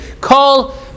Call